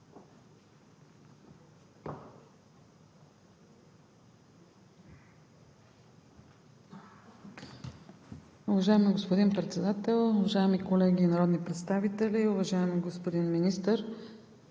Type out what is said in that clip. Уважаеми господин Председател, уважаеми колеги народни представители! Уважаеми господин Министър,